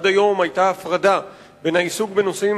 עד היום היתה הפרדה בין העיסוק בנושאים